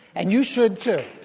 and you should too.